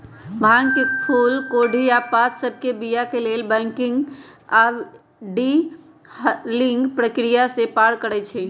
भांग के फूल कोढ़ी आऽ पात सभके बीया के लेल बंकिंग आऽ डी हलिंग प्रक्रिया से पार करइ छै